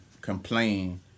complain